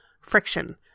friction